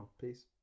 Peace